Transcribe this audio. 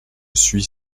suis